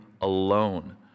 alone